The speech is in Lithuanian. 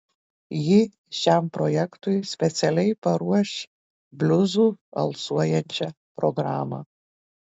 ji šiam projektui specialiai paruoš bliuzu alsuojančią programą